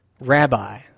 Rabbi